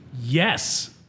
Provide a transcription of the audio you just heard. Yes